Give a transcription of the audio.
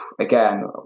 Again